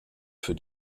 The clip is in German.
für